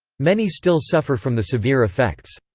many still suffer from the severe effects.